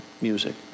music